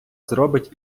зробить